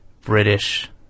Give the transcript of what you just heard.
British